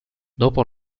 dopo